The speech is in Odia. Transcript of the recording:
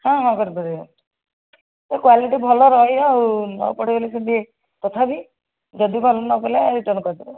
ହଁ ହଁ କରିଦେବୁ କ୍ଵାଲିଟି ଭଲ ରହିବ ଆଉ ତଥାପି ଯଦି ଭଲ ନ ପଡ଼ିଲା ରିଟର୍ଣ୍ଣ କରିଦେବେ